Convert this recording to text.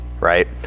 right